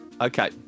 Okay